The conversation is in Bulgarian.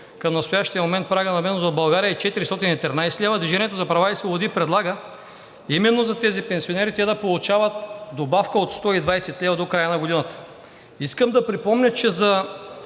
към настоящия момент прагът на бедност в България е 413 лв., „Движение за права и свободи“ предлага именно тези пенсионери да получават добавка от 120 лв. до края на годината. Искам да припомня, че за